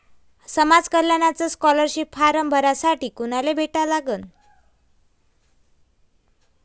समाज कल्याणचा scholarship form भरासाठी कुनाले भेटा लागन?